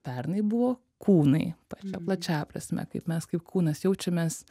pernai buvo kūnai pačia plačiąja prasme kaip mes kaip kūnas jaučiamės